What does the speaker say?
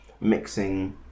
mixing